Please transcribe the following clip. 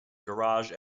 garage